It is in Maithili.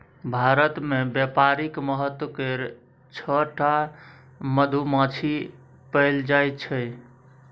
भारत मे बेपारिक महत्व केर छअ टा मधुमाछी पएल जाइ छै